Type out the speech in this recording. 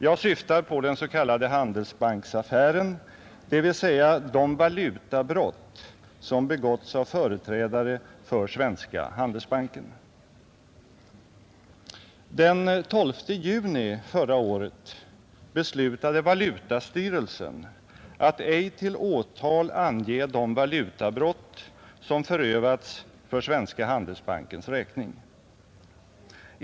Jag syftar på den s.k. Handelsbanks affären, dvs. de valutabrott som begåtts av företrädare för Svenska handelsbanken. Den 12 juni förra året beslutade valutastyrelsen att ej till åtal ange de valutabrott, som förövats för Svenska handelsbankens räkning.